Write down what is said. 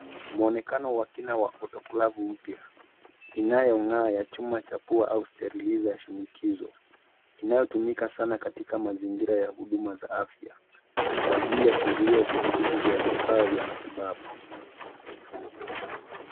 Muonekano wa kina wa otoklavu mpya inayong'aa ya chuma cha pua au sterilizer ya shinikizo inayotumika sana katika mazingira ya huduma za afya kwa ajili ya kuzuia vijidudu vya vifaa vya matibabu.